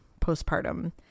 postpartum